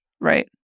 Right